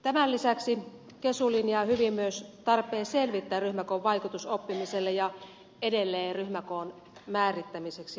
tämän lisäksi kesu linjaa hyvin myös tarpeen selvittää ryhmäkoon vaikutus oppimiselle ja edelleen tarpeen ryhmäkoon määrittämiseksi lailla